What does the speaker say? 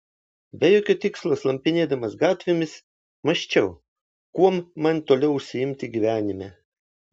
be jokio tikslo slampinėdamas gatvėmis mąsčiau kuom man toliau užsiimti gyvenime